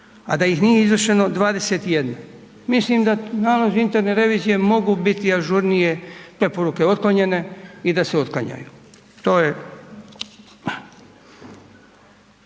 a da ih nije izvršeno 21. Mislim da nalazi interne revizije mogu biti ažurnije preporuke otklonjene i da se otklanjaju.